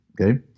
Okay